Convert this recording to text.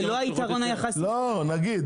זה לא היתרון היחסי --- נגיד,